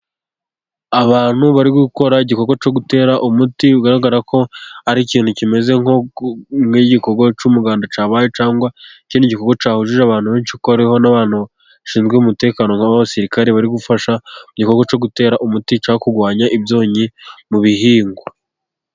Abantu bari gukora igikorwa cyo gutera umuti, ugaragara ko ari ikintu kimeze nk'igikorwa cy'umuganda cyabaye, cyangwa ikindi gikorwa cyahujije abantu benshi kuko hariho n'abantu bashinzwe umutekano nk'abasirikare, bari gufasha igikorwa cyo gutera umuti wo kurwanya ibyonnyi mu bihingwa.